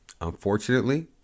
unfortunately